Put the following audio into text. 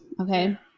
okay